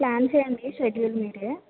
plan చేయండి schedule మీరే